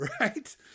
right